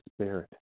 spirit